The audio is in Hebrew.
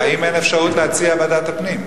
האם אין אפשרות להציע ועדת הפנים?